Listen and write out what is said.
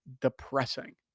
depressing